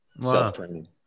self-training